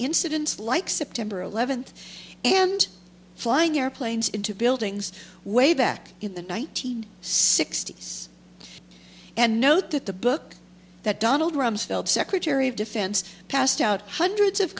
incidents like september eleventh and flying airplanes into buildings way back in the nineteen sixty's and note that the book that donald rumsfeld secretary of defense passed out hundreds of